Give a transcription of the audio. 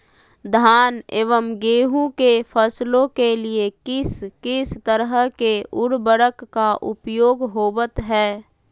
धान एवं गेहूं के फसलों के लिए किस किस तरह के उर्वरक का उपयोग होवत है?